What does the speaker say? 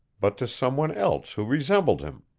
but to some one else who resembled him.